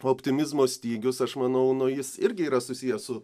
optimizmo stygius aš manau nu jis irgi yra susiję su